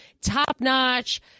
top-notch